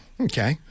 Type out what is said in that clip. Okay